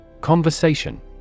Conversation